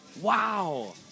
Wow